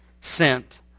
sent